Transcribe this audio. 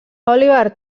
oliver